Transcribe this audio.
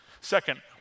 Second